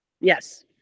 Yes